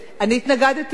אני התנגדתי בכלל.